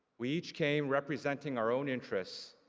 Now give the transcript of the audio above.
we each came representing our own interests,